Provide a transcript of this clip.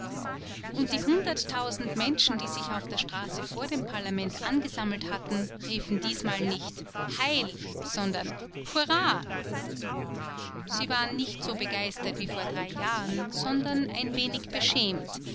und die hunderttausend menschen die sich auf der straße vor dem parlament angesammelt hatten riefen diesmal nicht heil sondern hurra sie waren nicht so begeistert wie vor drei jahren sondern ein wenig beschämt